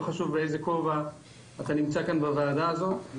לא משנה באיזה כובע אתה נמצא כאן בוועדה הזאת,